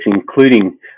including